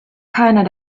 keiner